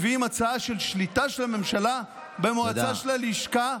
ואתם מביאים הצעה של שליטה של הממשלה במועצה של הלשכה,